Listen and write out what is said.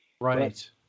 Right